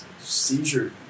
seizure